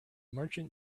merchant